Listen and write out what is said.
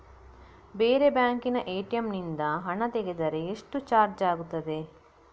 ಬೇರೆ ಬ್ಯಾಂಕಿನ ಎ.ಟಿ.ಎಂ ನಿಂದ ಹಣ ತೆಗೆದರೆ ಎಷ್ಟು ಚಾರ್ಜ್ ಆಗುತ್ತದೆ?